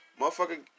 motherfucker